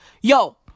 yo